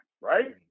right